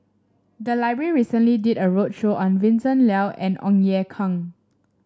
the library recently did a roadshow on Vincent Leow and Ong Ye Kung